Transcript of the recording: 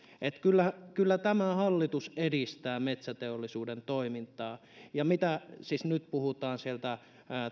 kyllä kyllä tämä hallitus edistää metsäteollisuuden toimintaa siis nyt puhutaan siitä